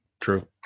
True